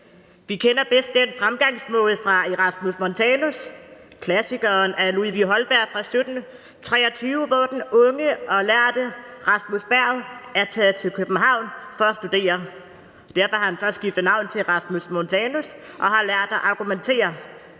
Vi kender bedst den fremgangsmåde fra »Erasmus Montanus«, klassikeren af Ludvig Holberg fra 1723, hvor den unge og lærte Rasmus Berg er taget til København for at studere, og derfor har han så skiftet navn til Erasmus Montanus og har lært at argumentere.